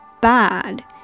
bad